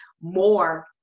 more